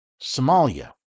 Somalia